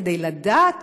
כדי לדעת.